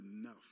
enough